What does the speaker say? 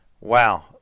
Wow